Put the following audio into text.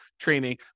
training